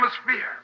atmosphere